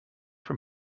from